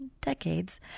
decades